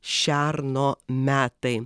šerno metai